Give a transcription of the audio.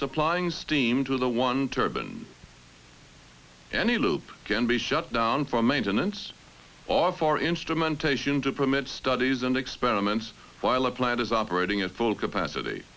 supplying steam to the one turban any loop can be shut down for maintenance or for instrumentation to permit studies and experiments while a plant is operating at full capacity